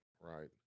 right